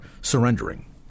surrendering